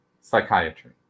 psychiatry